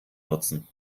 nutzen